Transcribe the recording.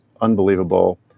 unbelievable